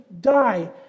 die